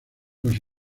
los